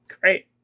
Great